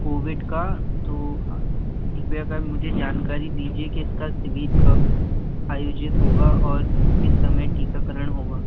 Covid का तो कृपया कर मुझे जानकारी दीजिए कि इसका शिविर कब आयोजित होगा और किस समय टीकाकरण होगा